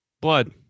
Blood